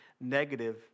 negative